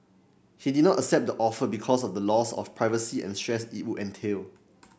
he did not accept the offer because of the loss of privacy and stress it would entail